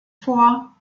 vor